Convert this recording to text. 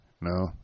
No